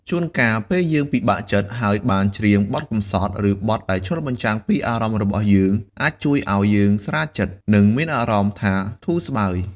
ជូនកាលពេលយើងពិបាកចិត្ត ហើយបានច្រៀងបទកម្សត់ ឬបទដែលឆ្លុះបញ្ចាំងពីអារម្មណ៍របស់យើង អាចជួយឲ្យយើងស្រាលចិត្ត និងមានអារម្មណ៍ថាធូរស្បើយ។